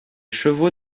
chevaux